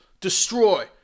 destroy